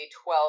12